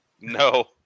No